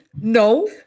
No